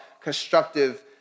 constructive